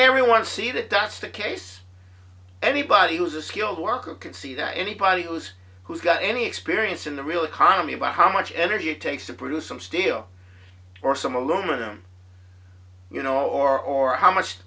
everyone see that that's the case anybody who's a skilled worker can see that anybody who's who's got any experience in the real economy by how much energy it takes to produce some steel or some aluminum you know or or how much